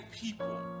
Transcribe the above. people